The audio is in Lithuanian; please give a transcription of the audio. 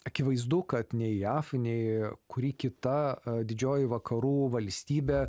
akivaizdu kad nei jaf nei kuri kita a didžioji vakarų valstybė